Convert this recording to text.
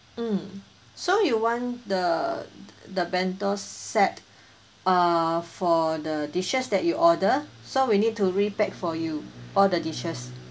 mm so you want the the bento set uh for the dishes that you order so we need to repack for you all the dishes